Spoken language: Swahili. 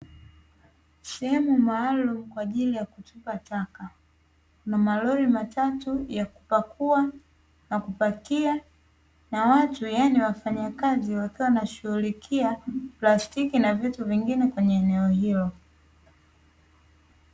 Sehemu maalumu kwa ajili ya kutupa taka, na malori matatu ya kupakua na kupakia, na watu na wafanyakazi wakiwa wanashughulikia plastiki pamoja na vingine kwenye eneo hilo.